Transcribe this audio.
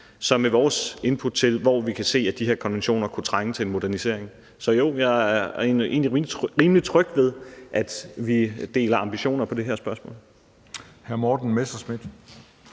med vores input til, hvor vi kan se, at de her konventioner kunne trænge til en modernisering. Så jo, jeg er egentlig rimelig tryg ved, at vi deler ambitionerne i det her spørgsmål.